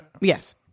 Yes